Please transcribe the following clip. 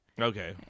okay